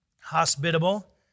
hospitable